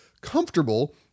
comfortable